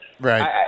Right